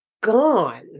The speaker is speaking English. gone